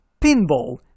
pinball